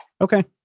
Okay